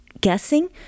guessing